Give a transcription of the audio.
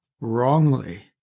wrongly